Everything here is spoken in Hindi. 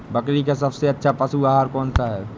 बकरी का सबसे अच्छा पशु आहार कौन सा है?